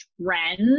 trends